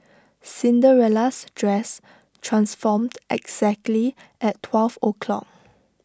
Cinderella's dress transformed exactly at twelve o'clock